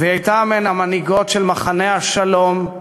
והיא הייתה מהמנהיגות של מחנה השלום,